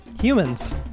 humans